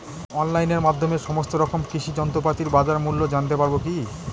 অনলাইনের মাধ্যমে সমস্ত রকম কৃষি যন্ত্রপাতির বাজার মূল্য জানতে পারবো কি?